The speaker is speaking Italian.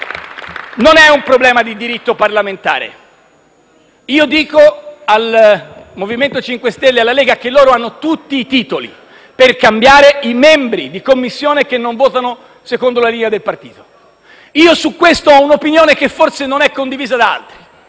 Non è un problema di diritto parlamentare. Io dico al MoVimento 5 Stelle e alla Lega che loro hanno tutti i titoli per cambiare i membri di Commissione che non votano secondo la linea del partito. Su questo ho un'opinione che forse non è condivisa da altri: